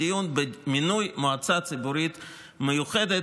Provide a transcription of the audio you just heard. בדיון במינוי מועצה ציבורית מיוחדת,